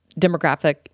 demographic